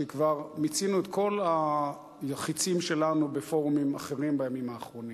כי כבר מיצינו את כל החצים בפורומים אחרים בימים האחרונים.